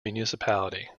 municipality